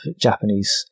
Japanese